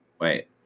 Wait